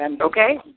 okay